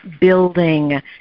building